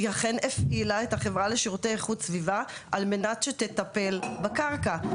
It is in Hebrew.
היא אכן הפעילה את החברה לשירותי איכות סביבה על מנת שתטפל בקרקע,